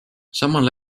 samal